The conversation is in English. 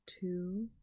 Two